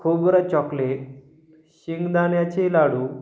खोबरं चॉकलेट शेंगदाण्याचे लाडू